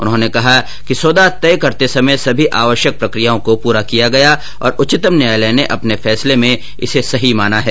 उन्होंने कहा कि सौदा तय करते समय सभी आवश्यक प्रक्रियाओं को पूरा किया गया और उच्चतम न्यायालय ने अपने फैसले में इसे सही माना है